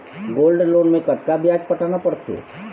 Gold loan मे कतका ब्याज पटाना पड़थे?